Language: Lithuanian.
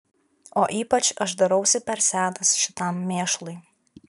o ypač aš darausi per senas šitam mėšlui